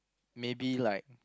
maybe like